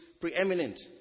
preeminent